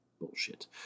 bullshit